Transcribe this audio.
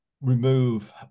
remove